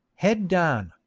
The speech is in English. head down,